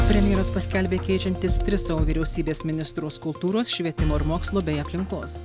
premjeras paskelbė keičiantis tris savo vyriausybės ministrus kultūros švietimo ir mokslo bei aplinkos